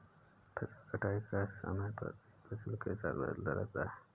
फसल कटाई का समय प्रत्येक फसल के साथ बदलता रहता है